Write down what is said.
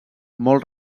molt